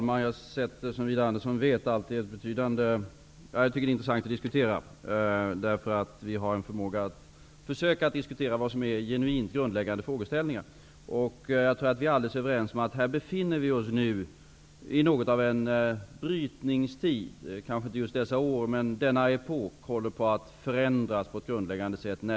Herr talman! Det är intressant att diskutera dessa frågor. Vi har en förmåga att försöka diskutera vad som är genuint grundläggande frågeställningar. Jag tror att vi är alldeles överens om att vi befinner oss i en brytningstid, kanske inte just i år, men denna epok håller på att förändras på ett grundläggande sätt.